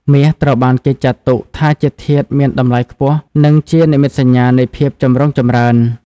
មាសត្រូវបានគេចាត់ទុកថាជាធាតុមានតម្លៃខ្ពស់ និងជានិមិត្តសញ្ញានៃភាពចម្រុងចម្រើន។